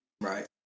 Right